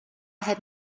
had